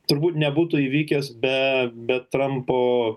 turbūt nebūtų įvykęs be be trampo